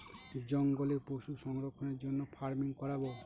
জঙ্গলে পশু সংরক্ষণের জন্য ফার্মিং করাবো